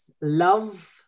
love